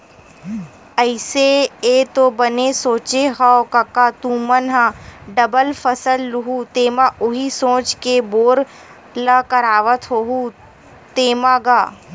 अइसे ऐ तो बने सोचे हँव कका तुमन ह डबल फसल लुहूँ तेमा उही सोच के बोर ल करवात होहू तेंमा गा?